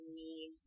need